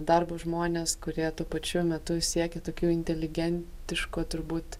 darbo žmonės kurie tuo pačiu metu siekė tokių inteligentiško turbūt